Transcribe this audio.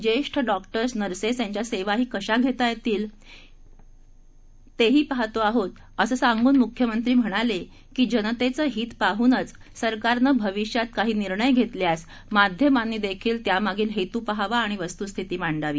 ज्येष्ठ doctors nurses यांच्या सेवाही कशा घेता येतील तेही पाहतो आहोत असं सांगून मुख्यमंत्री म्हणाले की जनतेचं हित पाहूनच सरकारने भविष्यात काही निर्णय घेतल्यास माध्यमांनी देखील त्यामागील हेतू पहावा आणि वस्तुस्थिती मांडावी